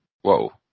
Whoa